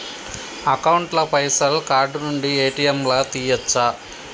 Account ల పైసల్ card నుండి ఏ.టి.ఎమ్ లా తియ్యచ్చా?